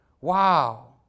Wow